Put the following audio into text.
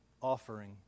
offering